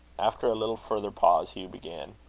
after a little further pause, hugh began